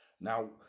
Now